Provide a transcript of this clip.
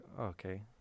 okay